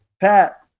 Pat